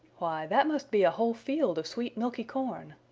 why, that must be a whole field of sweet milky corn.